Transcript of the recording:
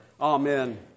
Amen